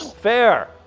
Fair